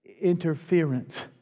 interference